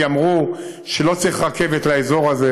כי אמרו שלא צריך רכבת לאזור הזה,